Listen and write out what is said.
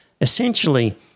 essentially